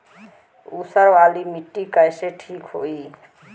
ऊसर वाली मिट्टी कईसे ठीक होई?